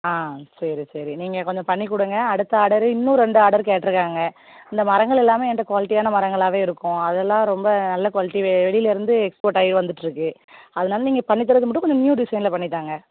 ஆ சரி சரி நீங்கள் கொஞ்சம் பண்ணி கொடுங்க அடுத்த ஆர்டரு இன்னும் ரெண்டு ஆர்டரு கேட்டிருக்காங்க இந்த மரங்களெல்லாமே என்கிட்ட குவாலிட்டியான மரங்களாகவே இருக்கும் அதெல்லாம் ரொம்ப நல்ல குவாலிட்டி வெ வெளிலிருந்து எக்ஸ்போர்ட்டாகி வந்துட்டு இருக்குது அதனால நீங்கள் பண்ணித்தரது மட்டும் கொஞ்சம் நியூ டிசையினில் பண்ணித்தாங்க